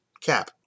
Cap